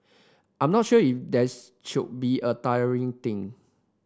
I'm not sure if there's should be a tiring thing